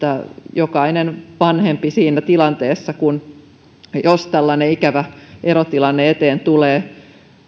jokainen vanhempi siinä tilanteessa jos tällainen ikävä erotilanne eteen tulee